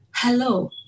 Hello